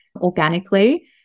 organically